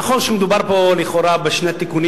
נכון שמדובר פה לכאורה בשני התיקונים